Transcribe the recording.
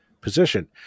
position